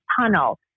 tunnel